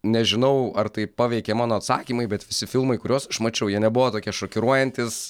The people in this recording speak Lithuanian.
nežinau ar tai paveikė mano atsakymai bet visi filmai kuriuos aš mačiau jie nebuvo tokie šokiruojantys